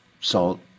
salt